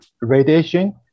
radiation